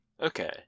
Okay